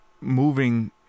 moving